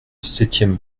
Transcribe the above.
septième